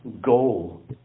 goal